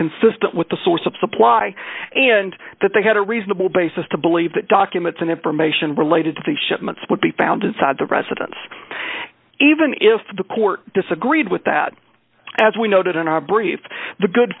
consistent with the source of supply and that they had a reasonable basis to believe that documents and information related to the shipments would be found inside the residence even if the court disagreed with that as we noted in our brief the good